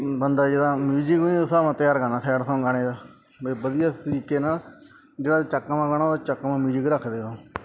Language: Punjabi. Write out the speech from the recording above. ਬੰਦਾ ਜਿੱਦਾਂ ਮਿਊਜਿਕ ਉਸ ਹਿਸਾਬ ਨਾਲ ਤਿਆਰ ਕਰਨਾ ਸੈਡ ਸੌਂਗ ਗਾਣੇ ਦਾ ਵੀ ਵਧੀਆ ਤਰੀਕੇ ਨਾਲ ਜਿਹੜਾ ਚੱਕਵਾਂ ਗਾਣਾ ਉਹਦਾ ਚੱਕਵਾਂ ਮਿਊਜਿਕ ਰੱਖਦੇ ਆ ਉਹ